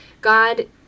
God